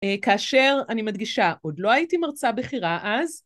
כאשר, אני מדגישה, עוד לא הייתי מרצה בכירה אז.